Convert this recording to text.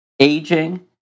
aging